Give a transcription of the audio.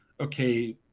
okay